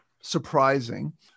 surprising